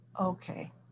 okay